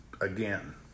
again